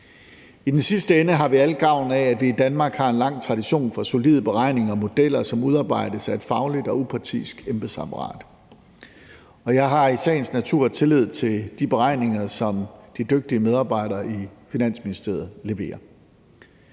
I den sidste ende har vi alle gavn af, at vi i Danmark har en lang tradition for solide beregninger og modeller, som udarbejdes af et fagligt og upartisk embedsapparat, og jeg har i sagens natur tillid til de beregninger, som de dygtige medarbejdere i Finansministeriet leverer.